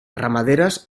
ramaderes